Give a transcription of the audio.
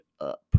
up